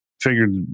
Figured